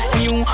new